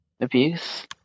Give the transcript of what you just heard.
abuse